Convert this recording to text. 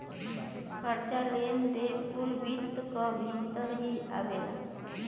कर्जा, लेन देन कुल वित्त क भीतर ही आवला